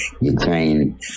Ukraine